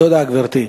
תודה, גברתי.